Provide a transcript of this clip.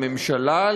לממשלה,